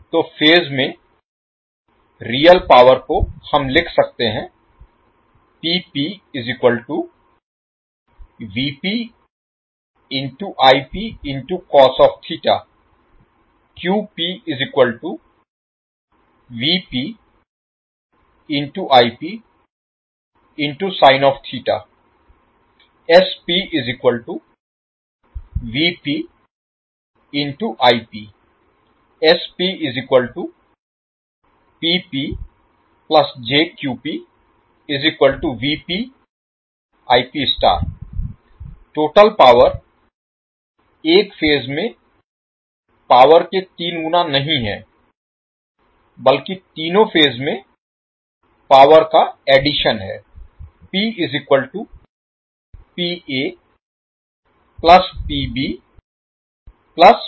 तो फेज में real power को हम लिख सकते हैं टोटल पावर एक फेज में पावर के तीन गुना नहीं है बल्कि तीनो फेज में पावर का एडिशन है